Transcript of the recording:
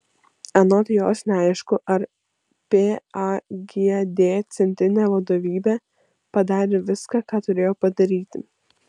anot jos neaišku ar pagd centrinė vadovybė padarė viską ką turėjo padaryti